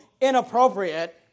inappropriate